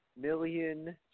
million